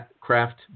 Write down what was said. Craft